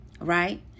Right